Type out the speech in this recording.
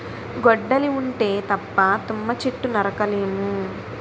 గొడ్డలి ఉంటే తప్ప తుమ్మ చెట్టు నరక లేము